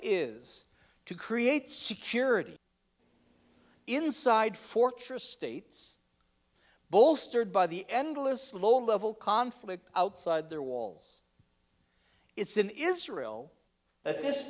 is to create security inside fortress states bolstered by the endless low level conflict outside their walls it's in israel that this